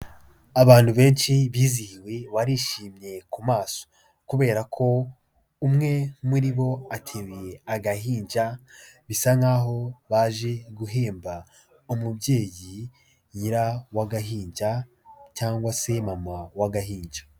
Abantu benshi bizihiwe barishimye ku maso. Kubera ko umwe muri bo ateruye agahinja, bisa nkaho baje guhemba umubyeyi nyina w'agahinja cyangwa se mama w'agahinja.